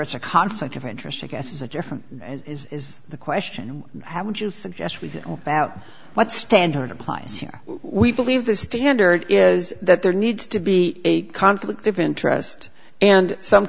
it's a conflict of interest i guess is a different is the question how would you suggest we all about what standard applies here we believe the standard is that there needs to be a conflict of interest and some